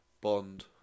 Bond